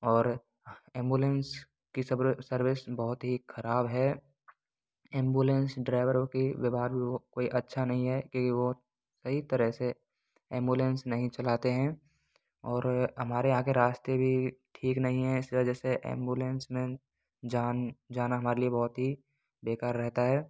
और एम्बुलेंस की सब्र सर्विस बहुत ही खराब है एम्बुलेंस ड्राइवरों के व्यवहार भी कोई अच्छा नही है क्योंकि वह सही तरह से एम्बुलेंस नही चलाते हैं और हमारे यहाँ के रास्ते भी ठीक नहीं हैं इस वजह से एम्बुलेंस में जान जाना हमारे लिए बहुत ही बेकार रहता है